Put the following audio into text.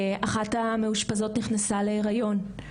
אחת המאושפזות נכנסה להריון.